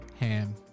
Ham